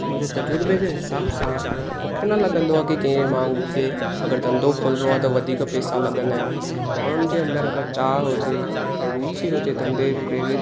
मुंहिंजे तज़ुर्बे जे हिसाब सां मूंखे न लॻंदो आहे की कंहिं माण्हू खे अगरि धंधो खोलणो आहे त वधीक पैसा लगंदा आहिनि माण्हुनि जे अंदरि अगरि चाह हुजे रूचि हुजे धंधे प्रेरित